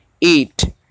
eat